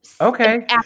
Okay